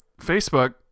Facebook